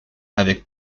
avec